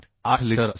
8 litre असेल